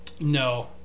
No